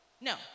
No